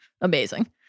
Amazing